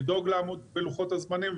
לדאוג לעמוד בלוחות הזמנים,